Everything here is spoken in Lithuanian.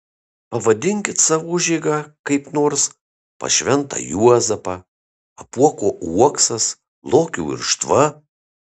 pavadinkit savo užeigą kaip nors pas šventą juozapą apuoko uoksas lokių irštva